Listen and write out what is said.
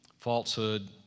Falsehood